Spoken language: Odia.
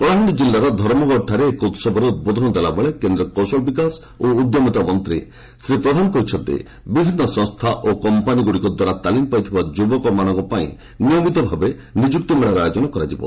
କଳାହାଣ୍ଡି ଜିଲ୍ଲାର ଧର୍ମଗଡ଼ଠାରେ ଏକ ଉହବରେ ଉଦ୍ବୋଧନ ଦେଲାବେଳେ କେନ୍ଦ୍ର କୌଶଳ ବିକାଶ ଓ ଉଦ୍ୟମିତା ମନ୍ତ୍ରୀ ଶ୍ରୀ ପ୍ରଧାନ କହିଛନ୍ତି ବିଭିନ୍ନ ସଂସ୍ଥା ଓ କମ୍ପାନୀଗୁଡ଼ିକ ଦ୍ୱାରା ତାଲିମ ପାଇଥିବା ଯୁବକମାନଙ୍କ ପାଇଁ ନିୟମିତ ଭାବେ ନିଯୁକ୍ତି ମେଳାର ଆୟୋଜନ କରାଯିବ